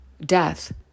death